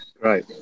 Right